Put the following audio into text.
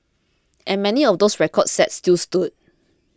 and many of those records set still stood